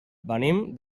venim